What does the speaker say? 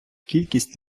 кількість